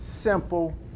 simple